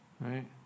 right